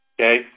Okay